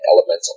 Elemental